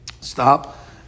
stop